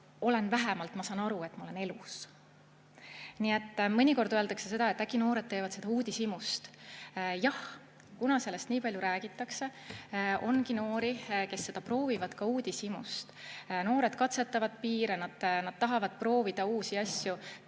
ma vähemalt saan aru, et ma olen elus." Mõnikord öeldakse, et äkki noored teevad seda uudishimust. Jah, kuna sellest nii palju räägitakse, ongi noori, kes seda proovivad ka uudishimust. Noored katsetavad piire, nad tahavad proovida uusi asju.